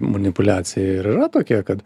manipuliacija ir yra tokia kad